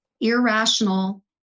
irrational